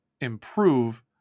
improve